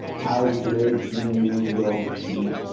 how gravely you wrong me.